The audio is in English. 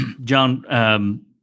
John